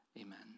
Amen